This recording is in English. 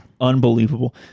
unbelievable